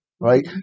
Right